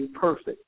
perfect